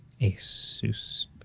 ASUS